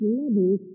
levels